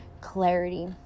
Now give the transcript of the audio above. clarity